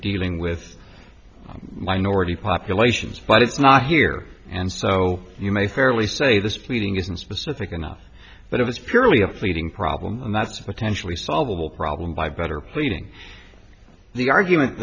dealing with a minority populations but it's not here and so you may fairly say this pleading isn't specific enough but if it's purely a fleeting problem that's potentially solvable problem by better pleading the argument